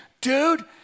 dude